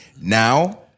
Now